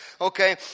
Okay